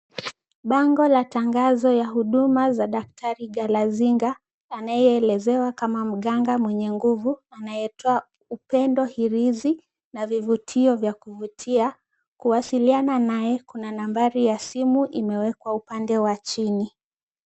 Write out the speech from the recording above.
Bango la tangazo ya huduma za daktari Galazinga anayeelezewa kama mganga mwenye nguvu anayetoa upendo, hirizi na vivutio vya kuvutia. Kuwasiliana naye kuna nambari ya simu imewekwa upande wa chini.